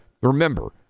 remember